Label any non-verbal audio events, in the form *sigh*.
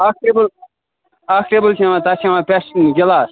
اَکھ ٹیبُل اَکھ ٹیبُل چھِ یِوان تَتھ چھِ یِوان *unintelligible* گِلاس